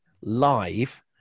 live